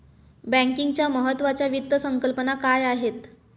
बँकिंगच्या महत्त्वाच्या वित्त संकल्पना काय आहेत?